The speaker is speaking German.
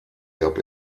gab